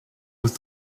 with